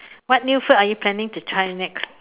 what new food are you planning to try next